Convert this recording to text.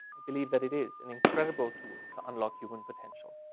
i believe that it is an incredible tool to unlock your win potential.